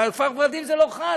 אבל על כפר ורדים זה לא חל,